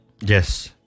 Yes